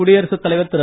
குடியரசுத்தலைவர் திரு